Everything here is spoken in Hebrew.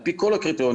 על פי כל הקריטריונים,